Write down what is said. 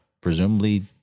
presumably